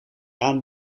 aan